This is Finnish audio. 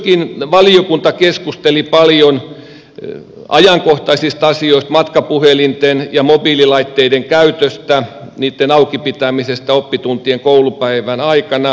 myöskin valiokunta keskusteli paljon ajankohtaisista asioista matkapuhelinten ja mobiililaitteiden käytöstä niitten auki pitämisestä oppituntien ja koulupäivän aikana